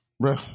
bro